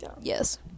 Yes